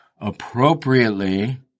appropriately